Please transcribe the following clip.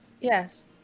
Yes